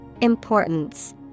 Importance